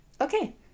Okay